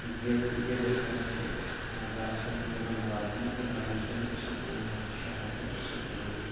یِژ یہِ ڈِفرَنٕس چھِ مےٚ باسان یِوان لَبنہٕ گامکٮ۪ن سکوٗلَن مَنٛز تہٕ شَہرکٮ۪ن سکوٗلَن مَنٛز